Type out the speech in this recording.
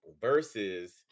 versus